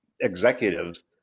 executives